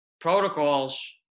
protocols